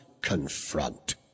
confront